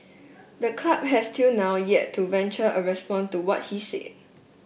the club has till now yet to venture a response to what he said